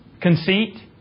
Conceit